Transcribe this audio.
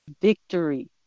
victory